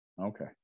Okay